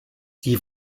die